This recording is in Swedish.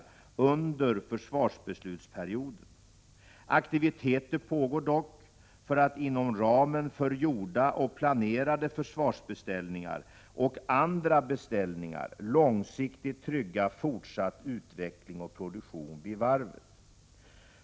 under försvarsbeslutsperioden. Aktiviteter pågår dock för att inom ramen för gjorda och planerade försvarsbeställningar och andra beställningar långsiktigt trygga fortsatt utveckling och produktion vid varvet.